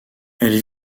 elle